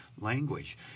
language